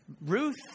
Ruth